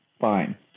Fine